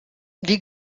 die